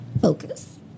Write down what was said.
focus